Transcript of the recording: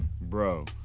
bro